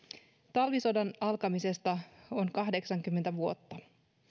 talvisodan alkamisesta on kahdeksankymmentä vuotta meillä